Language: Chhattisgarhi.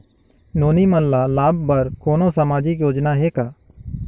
नोनी मन ल लाभ बर कोनो सामाजिक योजना हे का?